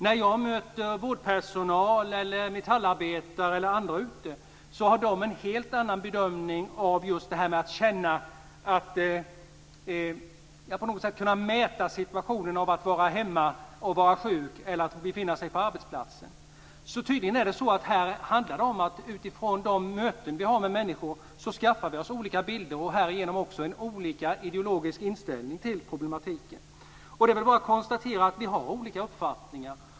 När jag möter vårdpersonal, metallarbetare eller andra gör de en helt annan bedömning av detta att vara hemma och vara sjuk eller befinna sig på arbetsplatsen. Det är tydligen så att vi skaffar oss olika bilder här utifrån de möten vi har med människor. Dessutom har vi också en olika ideologisk inställning till problemen. Det är bara att konstatera att vi har olika uppfattningar.